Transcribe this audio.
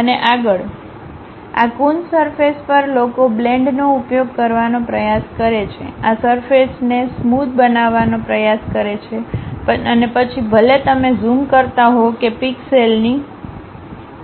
અને આગળ આ કુન્સ સરફેસ પર લોકો બ્લેન્ડનો ઉપયોગ કરવાનો પ્રયાસ કરે છે આ સરફેસને સ્મોધ બનાવવાનો પ્રયાસ કરે છે અને પછી ભલે તમે ઝૂમ કરતા હો કે પિક્સેલની